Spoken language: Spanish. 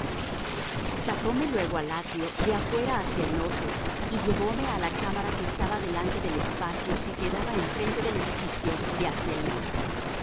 vigas sacome luego al atrio de afuera hacia el norte y llevóme á la cámara que estaba delante del espacio que quedaba enfrente del edificio de hacia el norte